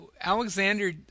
Alexander